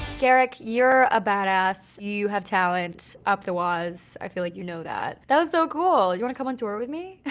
garick, you're a badass. you you have a talent up the waz. i feel like you know that. that was so cool. you wanna come on tour with me?